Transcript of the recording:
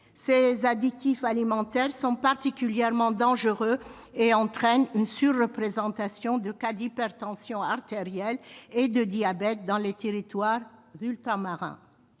Ces additifs alimentaires sont particulièrement dangereux et entraînent une surreprésentation des cas d'hypertension artérielle et de diabète dans les territoires ultramarins.